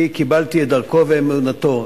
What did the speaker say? אני קיבלתי את דרכו ואמונתו,